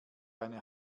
eine